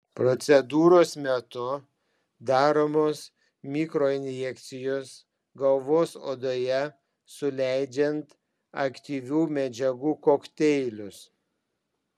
procedūros metu daromos mikroinjekcijos galvos odoje suleidžiant aktyvių medžiagų kokteilius